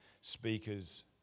speakers